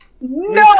no